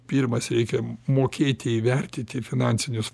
pirmas reikia mokėti įvertinti finansinius